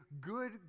good